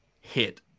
hit